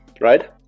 right